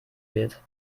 wird